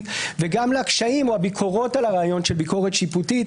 וגם לקשיים או לביקורות על הרעיון של ביקורת שיפוטית